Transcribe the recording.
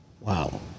Wow